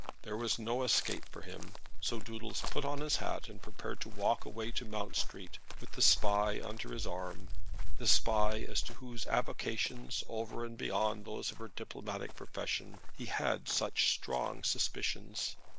there was no escape for him, so doodles put on his hat and prepared to walk away to mount street with the spy under his arm the spy as to whose avocations, over and beyond those of her diplomatic profession, he had such strong suspicions!